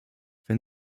wenn